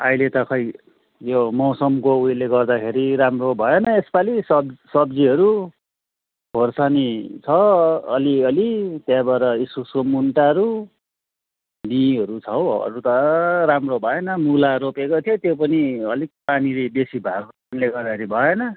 अहिले त खै यो मौसमको उयोले गर्दाखेरि राम्रो भएन यसपालि सब सब्जीहरू खोर्सानी छ अलिअलि त्यहाँबाट इस्कुसको मुन्टाहरू बिईँहरू छ हौ अरू त राम्रो भएन मुला रोपेको थियो त्यो पनि अलिक पानीले बेसी भएकोले गर्दाखेरि भएन